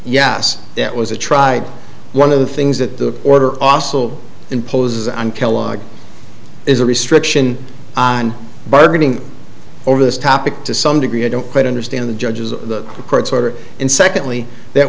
yes that was a tried one of the things that the order also imposes on kellog is a restriction on bargaining over this topic to some degree i don't quite understand the judges of the court's order and secondly th